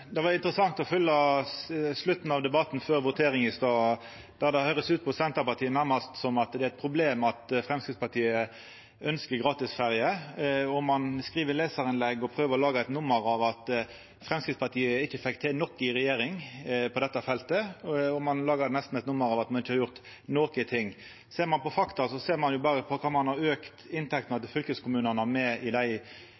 Det var interessant å følgja slutten av debatten før voteringa i stad, der det høyrest ut på Senterpartiet nærmast som om det er eit problem at Framstegspartiet ønskjer gratisferjer. Ein skriv lesarinnlegg og prøver å laga eit nummer av at Framstegspartiet ikkje fekk til nok i regjering på dette feltet, og ein lagar nesten eit nummer av at ein ikkje har gjort nokon ting. Ser ein på fakta, ser ein kva ein har auka inntektene til fylkeskommunane med i dei snart åtte åra som me har